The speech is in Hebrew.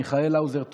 מיכאל האוזר טוב,